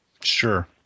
Sure